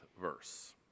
verse